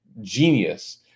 genius